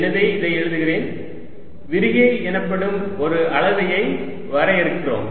எனவே இதை எழுதுகிறேன் விரிகை எனப்படும் ஒரு அளவையை வரையறுக்கிறோம்